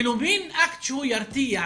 כאילו מין אקט מרתיע,